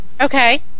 Okay